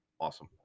Awesome